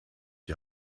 die